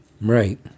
right